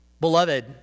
Beloved